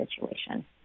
situation